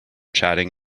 chatting